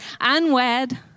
unwed